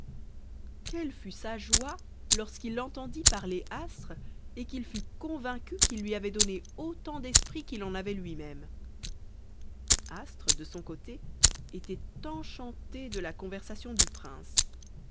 quelle fut sa koie lorsqu'il entendit parler astre et qu'il fut convaincu qu'il lui avait donné autant d'esprit qu'il en avait lui-même astre de son côté était enchantée de la conversation du prince